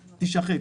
תישחק,